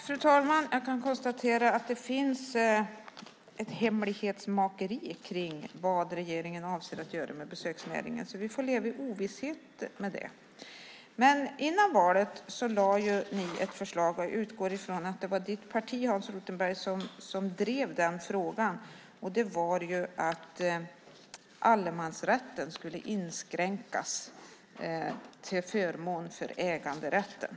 Fru talman! Jag kan konstatera att det finns ett hemlighetsmakeri kring vad regeringen avser att göra med besöksnäringen. Vi får leva i ovisshet när det gäller det. Men före valet lade ni fram ett förslag. Jag utgår från att det var ditt parti, Hans Rothenberg, som drev den frågan. Det gällde att allemansrätten skulle inskränkas till förmån för äganderätten.